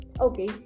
Okay